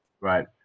Right